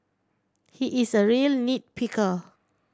he is a real nit picker